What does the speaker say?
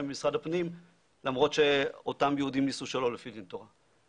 במשרד הפנים למרות שאותם יהודים נישאו שלא לפי דין תורה.